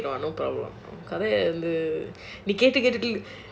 நாம பண்ணலாம்:naama pannalaam no problem நீ கேட்டு கேட்டு:nee kettu kettu